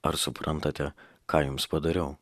ar suprantate ką jums padariau